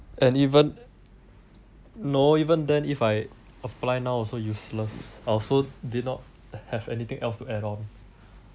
and even no even then if I apply now also useless I also did not have anything else to add on